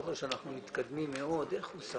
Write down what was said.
עת אמרתי לו שאנחנו מתקדמים בחוק הזה.